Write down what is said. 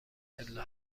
پله